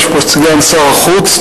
יש פה את סגן שר החוץ,